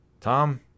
Tom